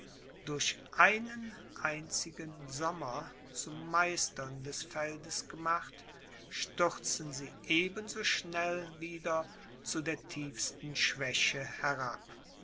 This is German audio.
durch einen einzigen sommer zu meistern des feldes gemacht stürzen sie eben so schnell wieder zu der tiefsten schwäche herab